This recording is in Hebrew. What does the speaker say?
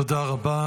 תודה רבה.